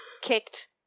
kicked